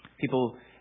people